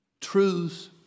truths